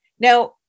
Now